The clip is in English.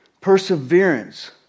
Perseverance